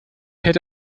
hätte